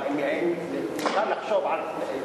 אבל מוכן לחשוב על,